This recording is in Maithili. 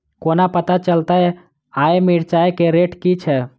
कोना पत्ता चलतै आय मिर्चाय केँ रेट की छै?